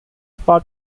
part